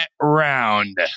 round